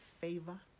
favor